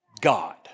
God